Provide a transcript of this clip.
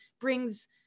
brings